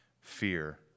fear